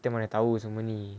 kita mana tahu semua ni